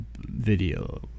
video